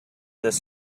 this